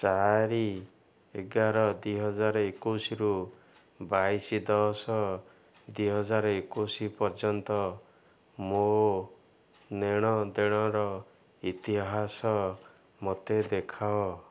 ଚାରି ଏଗାର ଦୁଇହଜାର ଏକୋଉଶରୁ ବାଇଶ ଦଶ ଦୁଇହଜାର ଏକୋଉଶ ପର୍ଯ୍ୟନ୍ତ ମୋ ନେଣ ଦେଣର ଇତିହାସ ମୋତେ ଦେଖାଅ